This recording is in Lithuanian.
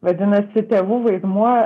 vadinasi tėvų vaidmuo